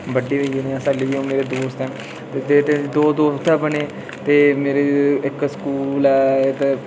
बड्डे होइयै ओह् हल्ली बी मेरे दोस्त न ते इत्थें दै दोस्त बने ते मेरा इक्क स्कूल ऐ इत्थै